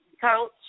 Coach